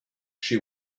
she